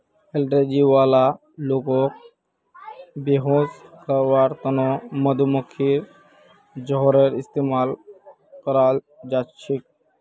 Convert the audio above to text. allergy वाला लोगक बेहोश करवार त न मधुमक्खीर जहरेर इस्तमाल कराल जा छेक